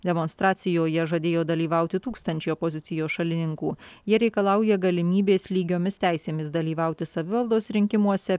demonstracijoje žadėjo dalyvauti tūkstančiai opozicijos šalininkų jie reikalauja galimybės lygiomis teisėmis dalyvauti savivaldos rinkimuose